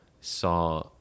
saw